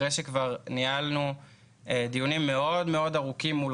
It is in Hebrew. אחרי שכבר ניהלנו דיונים ארוכים מאוד מול